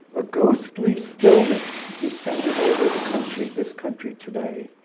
a ghostly stillness descended over the country, this country today,